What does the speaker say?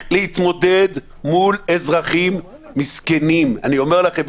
להתמודד מול אזרחים מסכנים אני אומר לכם,